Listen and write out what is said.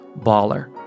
baller